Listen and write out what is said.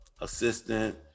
assistant